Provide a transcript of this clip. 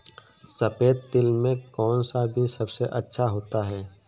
सफेद तिल में कौन सा बीज सबसे अच्छा होता है?